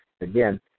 again